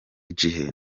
gihe